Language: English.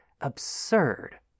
absurd